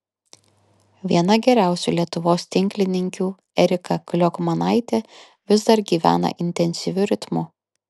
viena geriausių lietuvos tinklininkių erika kliokmanaitė vis dar gyvena intensyviu ritmu